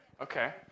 okay